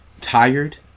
tired